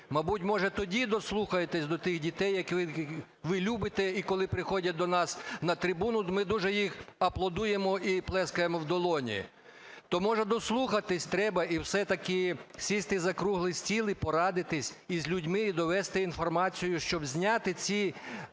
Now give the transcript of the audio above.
Мабуть, може тоді дослухаєтесь до тих дітей, яких ви любите. І коли приходять до нас на трибуну, ми дуже їм аплодуємо і плескаємо в долоні. То, може, дослухатись треба і все-таки сісти за круглий стіл, і порадитись із людьми, і донести інформацію, щоб зняти ці